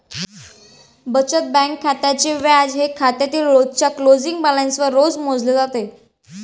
बचत बँक खात्याचे व्याज हे खात्यातील रोजच्या क्लोजिंग बॅलन्सवर रोज मोजले जाते